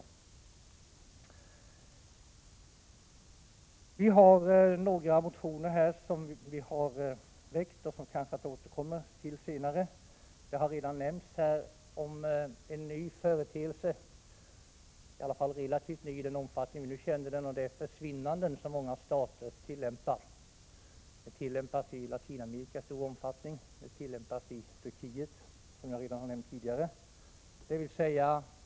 Vi i vpk har väckt några motioner som vi kanske återkommer till senare. En ny företeelse har redan nämnts här — i alla fall en relativt ny företeelse —, dvs. de ”försvinnanden” som förekommer i många stater. Metoden tillämpas i stor omfattning i Latinamerika och även i Turkiet, som jag redan nämnt.